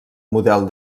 model